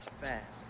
Fast